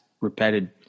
repeated